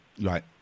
right